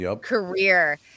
career